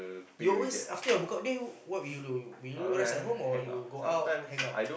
you always after your book out day what will you do will you rest at home or you go out hang out